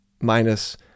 Minus